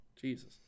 jesus